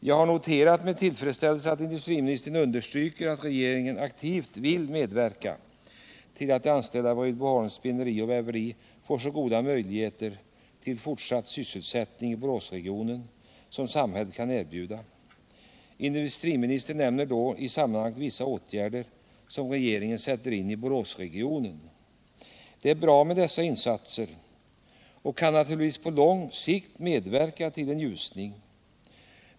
Jag har med tillfredsställelse noterat att industriministern understryker att regeringen aktivt vill medverka till att de anställda vid Rydboholms spinneri och väveri får så goda möjligheter till fortsatt sysselsättning i Boråsregionen som samhället kan erbjuda. Industriministern nämner vidare åtgärder som regeringen sätter in i Boråsregionen. Det är bra med dessa insatser. De kan naturligtvis på lång sikt medverka till en ljusning.